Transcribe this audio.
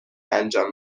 انجام